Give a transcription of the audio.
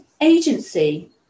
agency